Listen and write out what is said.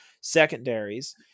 secondaries